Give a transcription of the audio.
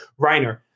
Reiner